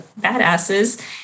badasses